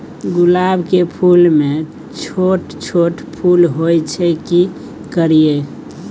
गुलाब के फूल में छोट छोट फूल होय छै की करियै?